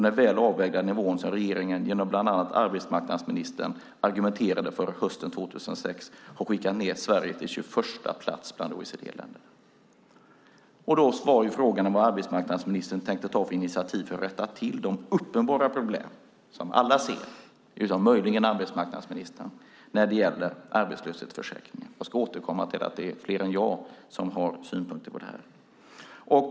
Den väl avvägda nivå som regeringen genom bland annat arbetsmarknadsministern argumenterade för hösten 2006 har skickat ned Sverige till 21:a plats bland OECD-länderna. Frågan var vilka initiativ arbetsmarknadsministern tänkte ta för att rätta till de uppenbara problem som alla utom möjligen arbetsmarknadsministern ser när det gäller arbetslöshetsförsäkringen. Jag ska återkomma till att det är fler än jag som har synpunkter på det här.